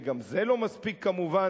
וגם זה לא מספיק כמובן,